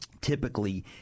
typically